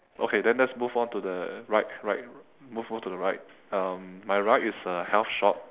okay then let's move on to the right right move on to the right um my right is a health shop